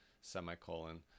semicolon